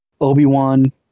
Obi-Wan